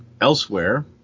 elsewhere